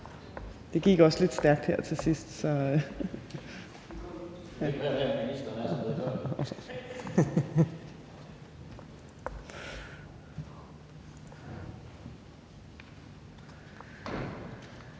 Det gik lidt stærkt her til sidst,